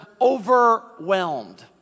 overwhelmed